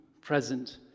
present